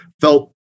felt